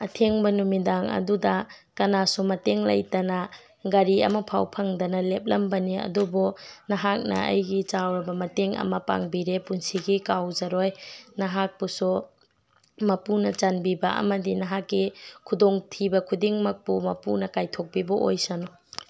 ꯑꯊꯦꯡꯕ ꯅꯨꯃꯤꯗꯥꯡ ꯑꯗꯨꯗ ꯀꯅꯥꯁꯨ ꯃꯇꯦꯡ ꯂꯩꯇꯅ ꯒꯥꯔꯤ ꯑꯃ ꯐꯥꯎ ꯐꯪꯗꯅ ꯂꯦꯞꯂꯝꯕꯅꯤ ꯑꯗꯨꯕꯨ ꯅꯍꯥꯛꯅ ꯑꯩꯒꯤ ꯆꯥꯎꯔꯕ ꯃꯇꯦꯡ ꯑꯃ ꯄꯥꯡꯕꯤꯔꯦ ꯄꯨꯟꯁꯤꯒꯤ ꯀꯥꯎꯖꯔꯣꯏ ꯅꯍꯥꯛꯄꯨꯁꯨ ꯃꯄꯨꯅ ꯆꯥꯟꯕꯤꯕ ꯑꯃꯗꯤ ꯅꯍꯥꯛꯀꯤ ꯈꯨꯗꯣꯡꯊꯤꯕ ꯈꯨꯗꯤꯡꯃꯛꯄꯨ ꯃꯄꯨꯅ ꯀꯥꯏꯊꯣꯛꯄꯤꯕ ꯑꯣꯏꯁꯅꯨ